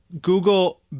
Google